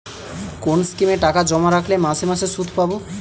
কোন স্কিমে টাকা জমা রাখলে মাসে মাসে সুদ পাব?